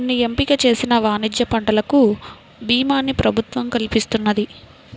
కొన్ని ఎంపిక చేసిన వాణిజ్య పంటలకు భీమాని ప్రభుత్వం కల్పిస్తున్నది